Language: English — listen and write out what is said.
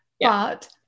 But-